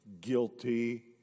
guilty